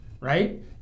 Right